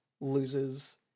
loses